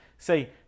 say